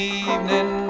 evening